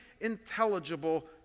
intelligible